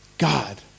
God